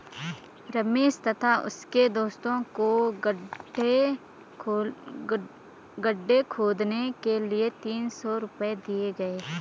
रमेश तथा उसके दोस्तों को गड्ढे खोदने के लिए तीन सौ रूपये दिए गए